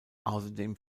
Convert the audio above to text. außerdem